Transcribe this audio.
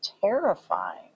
terrifying